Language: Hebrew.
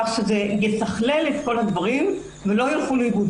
כך שזה יתכלל את כל הדברים ולא ילכו לאיבוד.